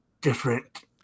different